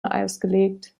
ausgelegt